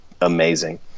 amazing